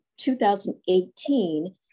2018